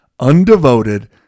undevoted